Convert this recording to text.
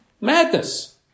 Madness